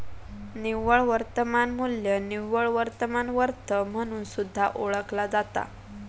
निव्वळ वर्तमान मू्ल्य निव्वळ वर्तमान वर्थ म्हणून सुद्धा ओळखला जाता